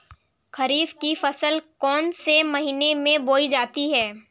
खरीफ की फसल कौन से महीने में बोई जाती है?